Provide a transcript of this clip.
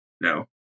no